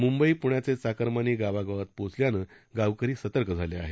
मुंबई प्ण्याचे चाकरमानी गावागावात पोचल्यानं गावकरी सतर्क झाले आहेत